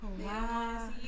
Wow